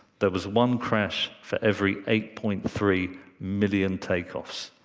there was one crash for every eight point three million take-offs.